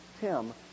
Tim